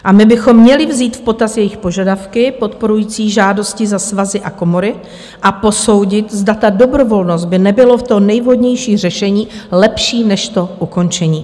A my bychom měli vzít v potaz jejich požadavky podporující žádosti za svazy a komory a posoudit, zda ta dobrovolnost by nebyla tím nejvhodnějším řešením, lepším než to ukončení.